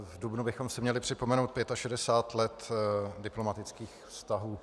V dubnu bychom si měli připomenout 65 let diplomatických vztahů.